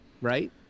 right